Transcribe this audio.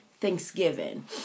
Thanksgiving